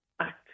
act